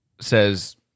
Says